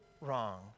wrong